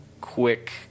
quick